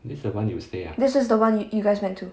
this is the one you you guys went to